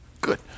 Good